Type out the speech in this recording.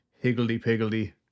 higgledy-piggledy